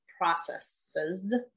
processes